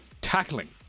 tackling